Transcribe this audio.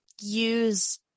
use